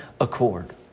accord